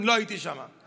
לא הייתי שם,